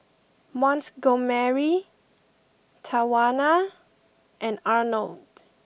Montgomery Tawanna and Arnold